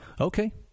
Okay